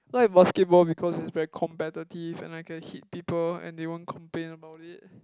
I like basketball because it's very competitive and I can hit people and they won't complain about it